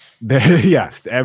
Yes